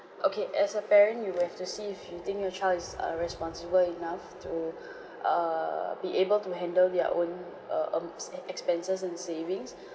okay as a parent you will have to see if you think your child is err responsible enough to err be able to handle their own uh um s~ expenses and savings